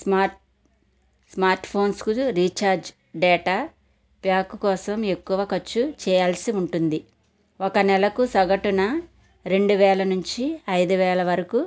smart smart ఫోన్స్కు recharge data pack కోసం ఎక్కువ ఖర్చు చేయాల్సి ఉంటుంది ఒక నెలకు సగటున రెండువేల నుంచి అయిదువేల వరకు